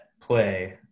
play